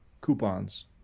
coupons